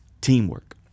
teamwork